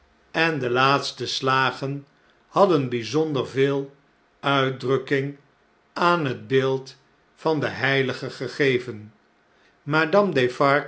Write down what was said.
en de laatste slagen hadden bijzonder veel uitdrukking aan net beeld van den heilige gegeven